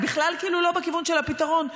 היא בכלל כאילו לא בכיוון של הפתרון.